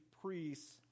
priests